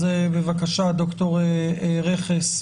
בבקשה, ד"ר רכס.